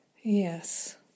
Yes